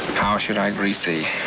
how should i greet thee?